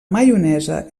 maionesa